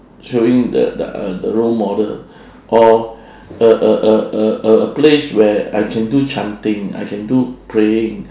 showing the the the role model or a a a a a place where I can do chanting I can do praying